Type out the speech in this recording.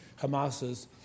Hamas's